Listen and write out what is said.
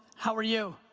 how are you?